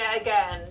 again